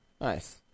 Nice